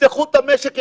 תפתחו את המשק.